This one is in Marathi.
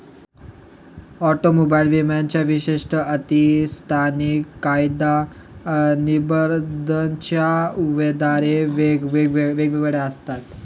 ऑटोमोबाईल विम्याच्या विशेष अटी स्थानिक कायदा निर्बंधाच्या आधारे वेगवेगळ्या असतात